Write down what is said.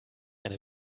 eine